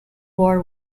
war